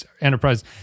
Enterprise